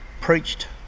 preached